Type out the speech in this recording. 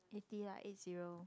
eighty lah eight zero